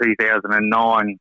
2009